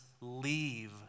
leave